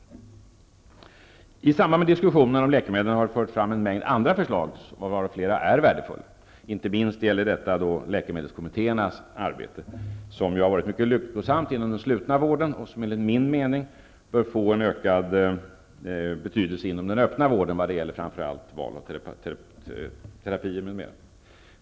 I samband med diskussionerna om läkemedlen har en mängd andra förslag förts fram, varav flera är värdefulla, inte minst gäller detta läkemedelskommittéernas arbete som ju har varit mycket lyckosamt inom den slutna vården och som enligt min mening bör få en ökad betydelse inom den öppna vården när det gäller framför allt valet av terapier m.m.